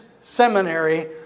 Seminary